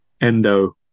Endo